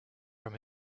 from